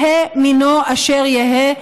יהא מינו אשר יהא,